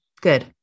Good